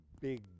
big